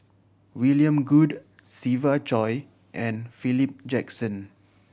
William Goode Siva Choy and Philip Jackson